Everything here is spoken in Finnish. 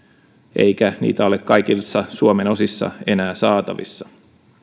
eikä niitä ole kaikissa suomen osissa enää saatavissa